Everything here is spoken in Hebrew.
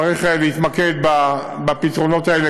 צריך להתמקד בפתרונות האלה.